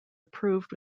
approved